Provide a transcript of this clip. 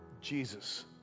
Jesus